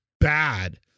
bad